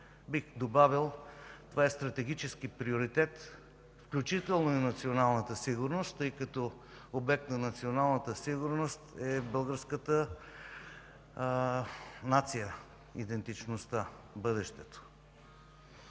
Бих добавил, че това е стратегически приоритет, включително и националната сигурност, тъй като обект на националната сигурност е българската нация, идентичността, бъдещето.